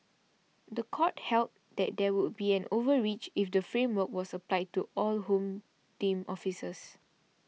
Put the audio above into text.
the court held that there would be an overreach if the framework was applied to all Home Team officers